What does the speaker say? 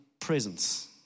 presence